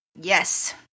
Yes